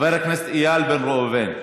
חבר הכנסת איל בן ראובן,